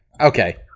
Okay